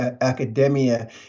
academia